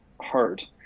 heart